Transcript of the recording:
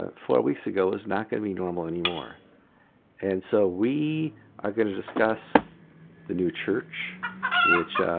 ah four weeks ago is not gonna be normal anymore and so we are gonna discuss the new church which